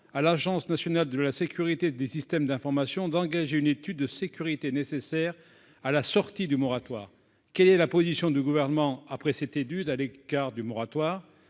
à l'Agence nationale de la sécurité des systèmes d'information, d'engager une étude de sécurité nécessaires à la sortie du moratoire, quelle est la position du gouvernement après cette étude à l'écart du moratoire